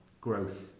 Growth